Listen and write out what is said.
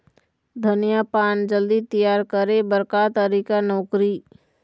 धनिया पान जल्दी तियार करे बर का तरीका नोकरी?